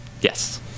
yes